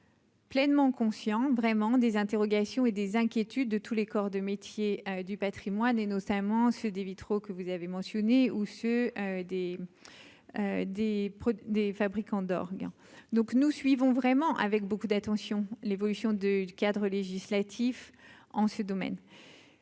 Pleinement conscient vraiment des interrogations et des inquiétudes de tous les corps de métiers du Patrimoine et notamment ceux des vitraux que vous avez mentionné ou ceux des des des fabricants d'orgue donc nous suivons vraiment avec beaucoup d'attention l'évolution du du cadre législatif en ce domaine.